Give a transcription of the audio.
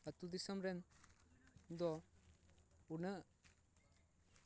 ᱟᱛᱳ ᱫᱤᱥᱚᱢ ᱨᱮᱱ ᱫᱚ ᱩᱱᱟᱹᱜ